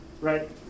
right